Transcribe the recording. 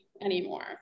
anymore